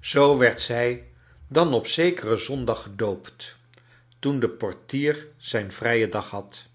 zoo werd zij dan op zekeren zondag gedoopt toen de portier zrjn vrij en dag had